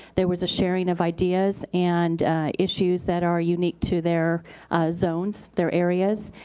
there was a sharing of ideas and issues that are unique to their zones, their areas.